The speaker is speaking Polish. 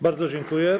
Bardzo dziękuję.